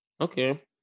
Okay